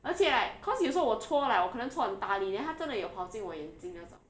而且 like because 有时候我戳 like 我可能戳很大力 then 它真的有跑进我眼睛那种